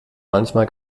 manchmal